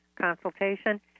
consultation